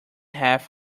half